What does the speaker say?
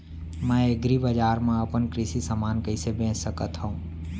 मैं एग्रीबजार मा अपन कृषि समान कइसे बेच सकत हव?